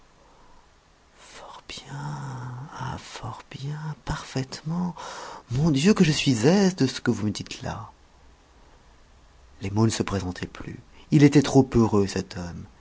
fort bien ah fort bien parfaitement mon dieu que je suis aise de ce que vous me dites là les mots ne se présentaient plus il était trop heureux cet homme